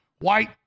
White